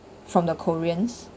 from the koreans